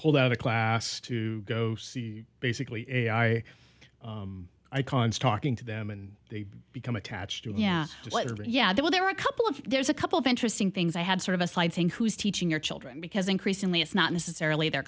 pulled out of class to go basically a i icons talking to them and they become attached to it yeah yeah there were there were a couple of there's a couple of interesting things i had sort of a slight thing who's teaching your children because increasingly it's not necessarily their